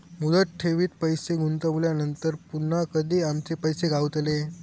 मुदत ठेवीत पैसे गुंतवल्यानंतर पुन्हा कधी आमचे पैसे गावतले?